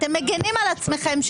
אתם מגנים על עצמכם,